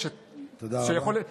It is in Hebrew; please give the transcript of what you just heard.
תודה רבה.